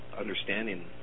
understanding